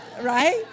right